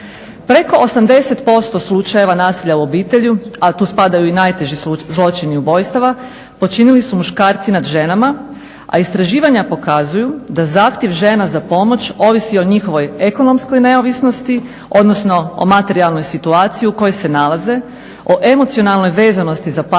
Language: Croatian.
Preko 80% slučajeva nasilja u obitelji, a tu spadaju i najteži zločini ubojstava počinili su muškarci nad ženama, a istraživanja pokazuju da zahtjev žena za pomoć ovisi o njihovoj ekonomskoj neovisnosti, odnosno o materijalnoj situaciji u kojoj se nalaze, o emocionalnoj vezanosti za partnera